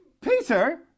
Peter